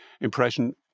impression